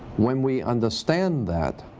when we understand that,